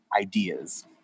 ideas